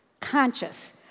conscious